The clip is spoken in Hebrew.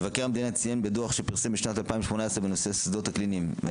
מבקר המדינה ציין בדוח שפרסם בשנת 2018 בנושא השדות הקליניים: